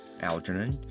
Algernon